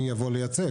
מי יבוא לייצג.